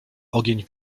ogień